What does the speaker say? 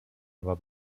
aber